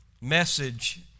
message